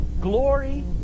glory